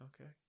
Okay